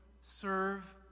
serve